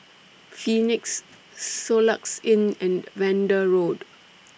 Phoenix Soluxe Inn and Vanda Road